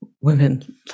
women